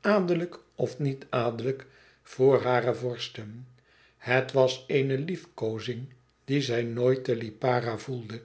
adellijk of niet adellijk voor hare vorsten het was eene liefkoozing die zij nooit te lipara voelde